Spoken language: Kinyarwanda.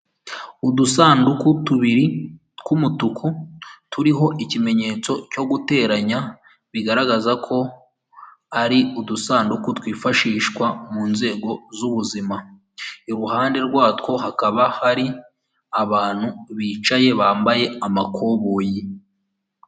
Udusanduku tubiri tw'umutuku, turiho ikimenyetso cyo guteranya, bigaragaza ko ari udusanduku twifashishwa mu nzego z'ubuzima, iruhande rwatwo hakaba hari abantu bicaye bambaye amakoboyi.